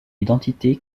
identité